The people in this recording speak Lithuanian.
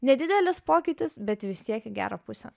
nedidelis pokytis bet vis tiek į gerą pusę